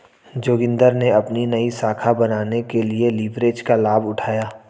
जोगिंदर ने अपनी नई शाखा बनाने के लिए लिवरेज का लाभ उठाया